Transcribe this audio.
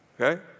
okay